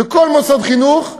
בכל מוסד חינוך,